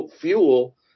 fuel